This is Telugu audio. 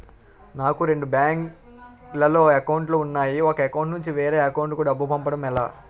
నాకు రెండు బ్యాంక్ లో లో అకౌంట్ లు ఉన్నాయి ఒక అకౌంట్ నుంచి వేరే అకౌంట్ కు డబ్బు పంపడం ఎలా?